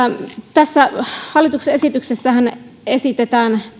tässä hallituksen esityksessähän esitetään